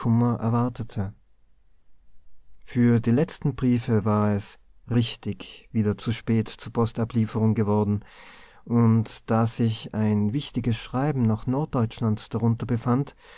erwartete für die letzten briefe war es richtig wieder zu spät zur postablieferung geworden und da sich ein wichtiges schreiben nach norddeutschland darunter befand